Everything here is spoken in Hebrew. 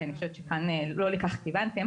כי אני חושבת שלא לכך כיוונתם